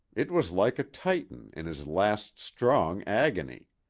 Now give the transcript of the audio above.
it was like a titan in his last, strong agony.